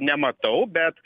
nematau bet